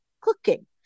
cooking